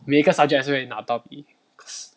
每一个 subject 也是会拿到 B plus